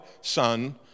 Son